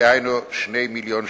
דהיינו 2 מיליוני שקלים.